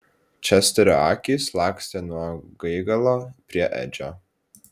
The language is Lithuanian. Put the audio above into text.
česterio akys lakstė nuo gaigalo prie edžio